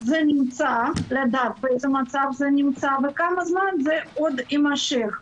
זה נמצא וכמה זמן זה עוד יימשך.